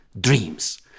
dreams